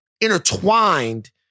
intertwined